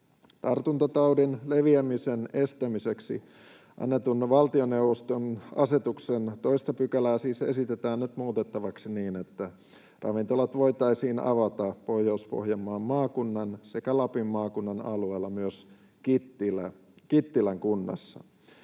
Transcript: Tartuntataudin leviämisen estämiseksi annetun valtioneuvoston asetuksen 2 §:ää siis esitetään nyt muutettavaksi niin, että ravintolat voitaisiin avata Pohjois-Pohjanmaan maakunnassa sekä Lapin maakunnan alueella myös Kittilän kunnassa.